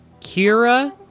Kira